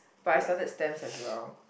but I started stamps as well